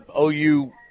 OU